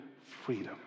freedom